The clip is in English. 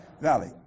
valley